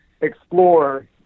explore